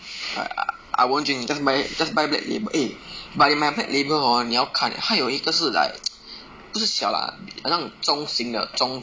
I I won't drink just buy just buy black label eh but 你买 black label hor 你要看 eh 它有一个是 like 不是小 lah 好像中型的中